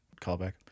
Callback